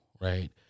Right